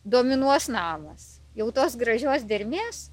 dominuos namas jau tos gražios dermės